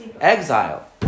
exile